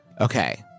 Okay